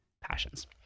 passions